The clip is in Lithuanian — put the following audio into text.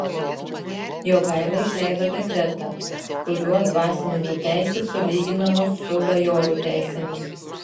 jogaila išleido dekretą kuriuo dvasininkų teisės sulyginamos su bajorų teisėmis